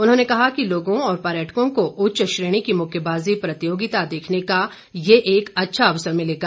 उन्होंने कहा कि लोगों और पर्यटकों को उच्च श्रेणी की मुक्केबाजी प्रतियोगिता देखने का ये एक अच्छा अवसर मिलेगा